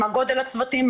מה גודל הצוותים,